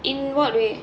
in what way